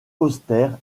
austère